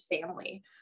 family